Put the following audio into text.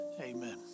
Amen